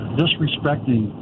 disrespecting